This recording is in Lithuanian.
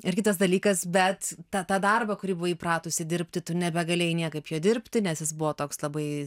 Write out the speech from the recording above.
ir kitas dalykas bet tą tą darbą kurį buvai įpratusi dirbti tu nebegalėjai niekaip jo dirbti nes jis buvo toks labai